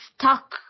stuck